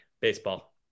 Baseball